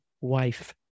wife